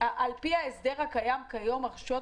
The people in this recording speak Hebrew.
לפי ההסדר הקיים כיום הרשויות